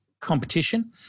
competition